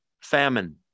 Famine